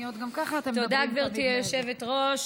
תודה, גברתי היושבת-ראש.